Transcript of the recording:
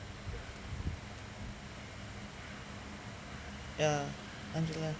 uh angela